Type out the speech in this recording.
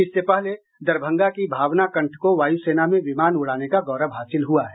इससे पहले दरभंगा की भावना कंठ को वायु सेना में विमान उड़ाने का गौरव हासिल हुआ है